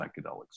psychedelics